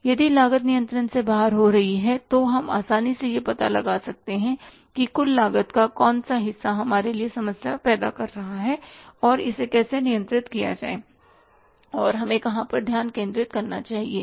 यदि लागत नियंत्रण से बाहर हो रही है तो हम आसानी से यह पता लगा सकते हैं कि कुल लागत का कौन सा हिस्सा हमारे लिए समस्या पैदा कर रहा है और इसे कैसे नियंत्रित किया जाए और हमें कहाँ पर ध्यान केंद्रित करना चाहिए